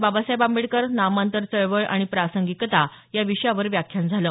बाबासाहेब आंबेडकर नामांतर चळवळ आणि प्रासंगिकता विषयावर व्याख्यान झालं